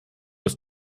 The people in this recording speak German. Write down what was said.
ist